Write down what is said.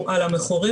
הוא על המכורים,